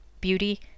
beauty